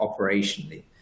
operationally